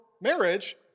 marriage